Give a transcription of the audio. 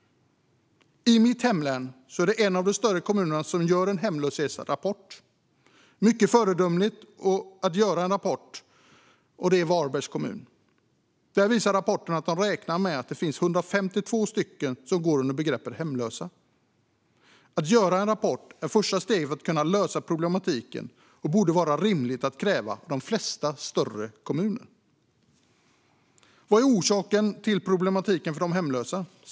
I mitt hemlän är det en av de större kommunerna - Varbergs kommun - som gör en hemlöshetsrapport. Det är föredömligt att göra en sådan. Där visar rapporten att man räknar med att det finns 152 människor som går under begreppet hemlösa. Att göra en rapport är det första steget för att kunna lösa problematiken. Detta borde vara rimligt att kräva av de flesta större kommuner. Vad är orsaken till problematiken för de hemlösa?